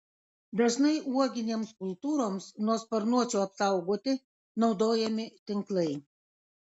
dažnai uoginėms kultūroms nuo sparnuočių apsaugoti naudojami tinklai